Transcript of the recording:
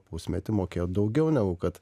pusmetį mokėjo daugiau negu kad